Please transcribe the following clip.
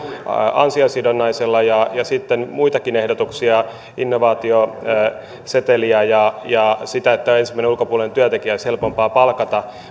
ansiosidonnaisella ja sitten muitakin ehdotuksia innovaatioseteliä ja ja sitä että ensimmäinen ulkopuolinen työntekijä olisi helpompi palkata